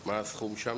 מה הסכום שם?